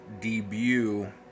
debut